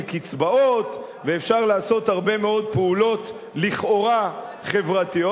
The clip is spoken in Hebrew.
קצבאות ואפשר לעשות הרבה מאוד פעולות לכאורה חברתיות,